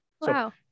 Wow